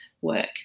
work